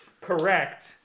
Correct